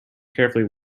carefully